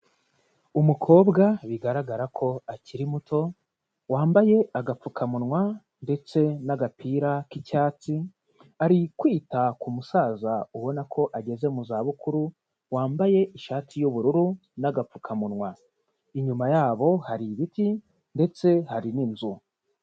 Umukobwa bigaragara ko akiri muto, wambaye agapfukamunwa ndetse n'agapira k'icyatsi, ari kwita ku musaza ubona ko ageze mu zabukuru, wambaye ishati y'ubururu n'agapfukamunwa, inyuma yabo hari ibiti ndetse hari n'inzu.